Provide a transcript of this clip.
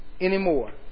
anymore